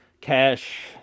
Cash